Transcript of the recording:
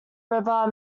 river